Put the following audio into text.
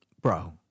bro